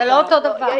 זה לא אותו דבר.